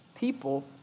people